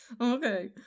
Okay